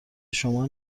شما